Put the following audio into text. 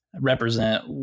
represent